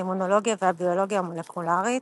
האימונולוגיה והביולוגיה המולקולרית.